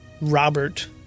Robert